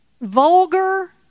Vulgar